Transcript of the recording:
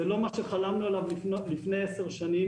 זה לא מה שחלמנו עליו לפני עשר שנים